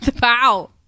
Wow